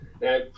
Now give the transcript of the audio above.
Now